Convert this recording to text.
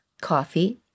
Coffee